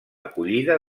acollida